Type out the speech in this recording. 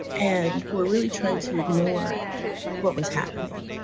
and we're really trying to ignore what was happening.